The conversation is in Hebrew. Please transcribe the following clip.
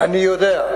אני יודע,